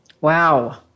Wow